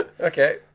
Okay